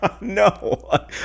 No